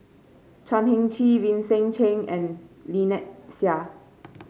Chan Heng Chee Vincent Cheng and Lynnette Seah